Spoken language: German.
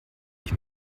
ich